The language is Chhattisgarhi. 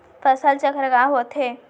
फसल चक्र का होथे?